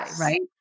right